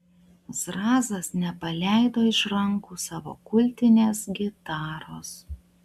zrazas nepaleido iš rankų savo kultinės gitaros